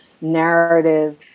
narrative